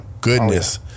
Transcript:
goodness